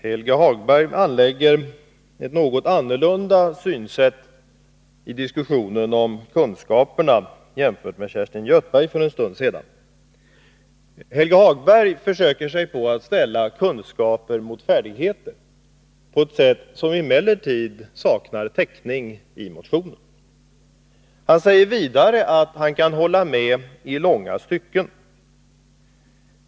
Herr talman! Helge Hagberg anlägger ett något annorlunda synsätt i diskussionen om kunskaperna än Kerstin Göthberg gjorde för en stund sedan. Helge Hagberg försöker sig på att ställa kunskaper mot färdigheter på ett sätt som emellertid saknar täckning i motionen. Han säger också att han kan hålla med mig i långa stycken.